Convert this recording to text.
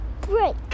break